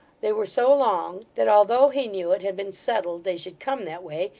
they were so long, that although he knew it had been settled they should come that way,